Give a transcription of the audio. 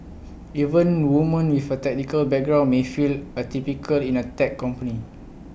even woman with A technical background may feel atypical in A tech company